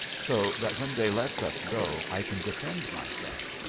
so that when they lets us go i can defend myself.